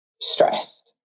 stressed